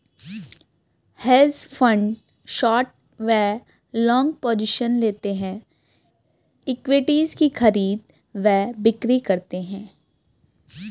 hedge fund short व long positions लेते हैं, इक्विटीज की खरीद व बिक्री करते हैं